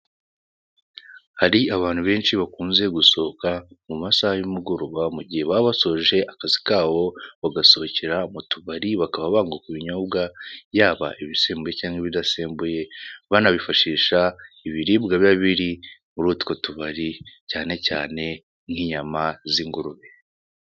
Hari abantu benshi bakunze gusohoka mu masaha y'umugoroba mu gihe baba basoje akazi kabo, bagasohokera mu tubari bakaba banywa ku binyobwa yaba ibisembuye cyangwa ibidasembuye, banabifashisha ibiribwa biba biri muri utwo tubari, cyane cyane nk'inyama z'ingurube.